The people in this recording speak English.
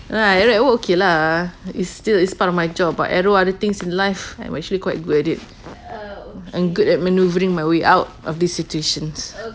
n~ arrow at work okay lah it's still it's part of my job but arrow other things in life and I'm actually quite good at it I'm good at manoeuvring my way out of this situations